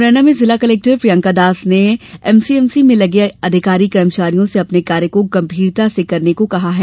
मुरैना में जिला कलेक्टर प्रियंका दास ने एमसीएमसी में लगे अधिकारी कर्मचारियों से अपने कार्य को गंभीरता से करने को कहा है